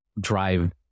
drive